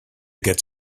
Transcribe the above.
get